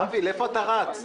אבי, לאן אתה רץ?